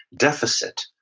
deficit,